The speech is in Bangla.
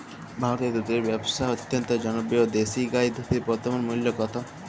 ভারতে দুধের ব্যাবসা অত্যন্ত জনপ্রিয় দেশি গাই দুধের বর্তমান মূল্য কত?